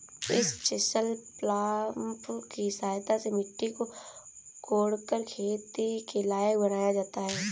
इस chisel plough की सहायता से मिट्टी को कोड़कर खेती के लायक बनाया जाता है